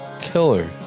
killer